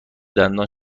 دندان